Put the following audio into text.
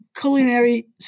culinary